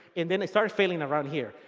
and then they start failing around hear.